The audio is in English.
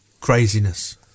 Craziness